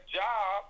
job